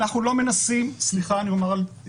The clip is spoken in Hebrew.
אנחנו לא מנסים לסבן סליחה על הביטוי.